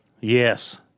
Yes